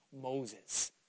Moses